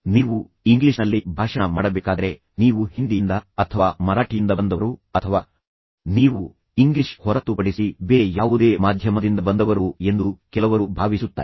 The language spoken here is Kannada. ನೀವು ಇಂಗ್ಲಿಷ್ನಲ್ಲಿ ಭಾಷಣ ಮಾಡಬೇಕಾದರೆ ನೀವು ಹಿಂದಿಯಿಂದ ಬಂದವರು ಅಥವಾ ನೀವು ಮರಾಠಿಯಿಂದ ಬಂದವರು ಅಥವಾ ನೀವು ಇಂಗ್ಲಿಷ್ ಹೊರತುಪಡಿಸಿ ಬೇರೆ ಯಾವುದೇ ಮಾಧ್ಯಮದಿಂದ ಬಂದವರು ಎಂದು ಕೆಲವರು ಭಾವಿಸುತ್ತಾರೆ